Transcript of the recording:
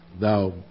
Thou